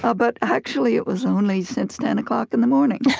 ah but actually, it was only since ten o'clock in the morning.